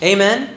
Amen